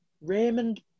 Raymond